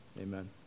amen